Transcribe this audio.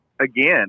again